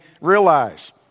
realize